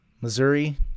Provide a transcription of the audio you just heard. Missouri